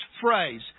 phrase